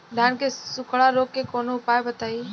धान के सुखड़ा रोग के कौनोउपाय बताई?